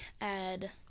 add